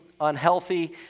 unhealthy